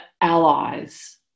allies